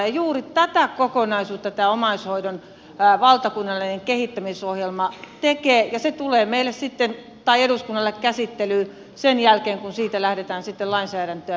juuri tätä kokonaisuutta tämä omaishoidon valtakunnallinen kehittämisohjelma tekee ja se tulee eduskunnalle käsittelyyn ja siitä lähdetään sitten lainsäädäntöä viemään eteenpäin